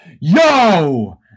Yo